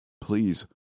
Please